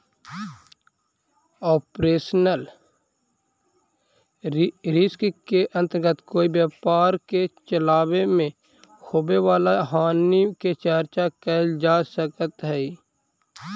operational risk के अंतर्गत कोई व्यापार के चलावे में होवे वाला हानि के चर्चा कैल जा सकऽ हई